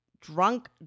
drunk